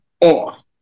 off